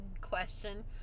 question